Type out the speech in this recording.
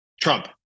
Trump